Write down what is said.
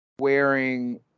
wearing